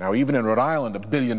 now even in rhode island a billion